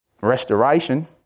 restoration